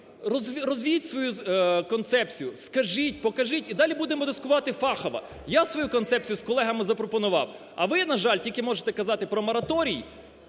Розвійте свою концепцію, скажіть, покажіть і далі будемо дискутувати фахово. Я свою концепцію з колегами запропонував, а ви, на жаль, тільки можете казати про мораторій,